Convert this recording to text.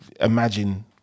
imagine